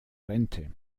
rente